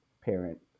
parent